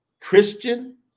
Christian